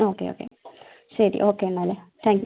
okay okay ശരി okay എന്നാൽ thank you